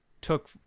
took